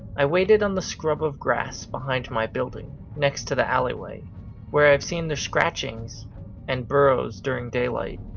i waited on the scrub of grass behind my building next to the alleyway where i've seen the scratchings and burrows during daylight,